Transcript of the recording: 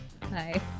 Hi